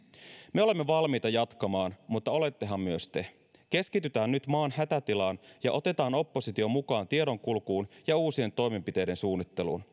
me olemme valmiita jatkamaan mutta olettehan myös te keskitytään nyt maan hätätilaan ja otetaan oppositio mukaan tiedonkulkuun ja uusien toimenpiteiden suunnitteluun